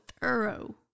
thorough